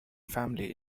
family